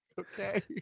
okay